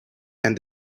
and